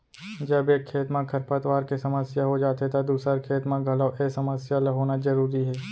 जब एक खेत म खरपतवार के समस्या हो जाथे त दूसर खेत म घलौ ए समस्या ल होना जरूरी हे